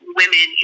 women